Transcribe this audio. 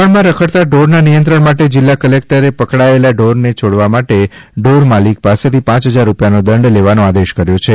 દમણમાં રખડતાં ઢોરના નિયંત્રણ માટે જિલ્લા કલેક્ટરે પકડાયેલા ઢોરોને છોડાવવા માટે ઢોર માલિક પાસેથી પાંચ હજાર રૂપિયાનો દંડ લેવાનો આદેશ કર્યો છે